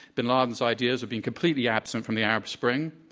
bin laden's ideas have been completely absent from the arab spring.